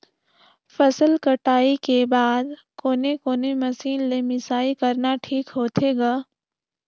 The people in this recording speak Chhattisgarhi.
फसल कटाई के बाद कोने कोने मशीन ले मिसाई करना ठीक होथे ग?